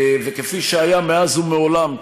וכפי שהיה מאז ומעולם,